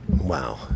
Wow